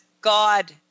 God